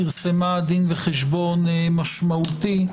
פרסמה דין וחשבון משמעותי,